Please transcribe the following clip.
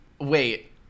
Wait